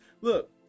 Look